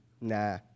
Nah